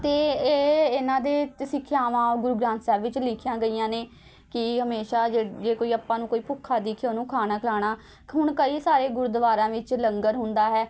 ਅਤੇ ਇਹ ਇਹਨਾਂ ਦੀ ਸਿੱਖਿਆਵਾਂ ਗੁਰੂ ਗ੍ਰੰਥ ਸਾਹਿਬ ਵਿੱਚ ਲਿਖੀਆਂ ਗਈਆਂ ਨੇ ਕਿ ਹਮੇਸ਼ਾ ਜੇ ਜੇ ਕੋਈ ਆਪਾਂ ਨੂੰ ਕੋਈ ਭੁੱਖਾ ਦਿਖੇ ਉਹਨੂੰ ਖਾਣਾ ਖਿਲਾਉਣਾ ਹੁਣ ਕਈ ਸਾਰੇ ਗੁਰਦੁਆਰਿਆਂ ਵਿੱਚ ਲੰਗਰ ਹੁੰਦਾ ਹੈ